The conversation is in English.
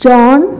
John